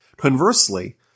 Conversely